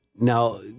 Now